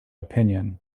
opinion